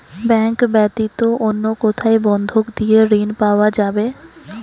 Bank ব্যাতীত অন্য কোথায় বন্ধক দিয়ে ঋন পাওয়া যাবে?